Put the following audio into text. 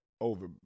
over